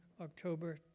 October